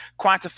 quantify